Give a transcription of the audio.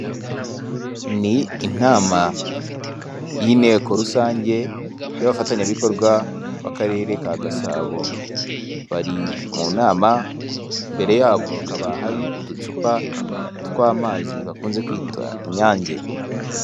Ni inama y'inteko rusange y'abafatanyabikorwa b'akarere ka Gasabo, bari mu nama imbere yabo hakaba hari uducupa tw'amazi bakunze kwita inyange.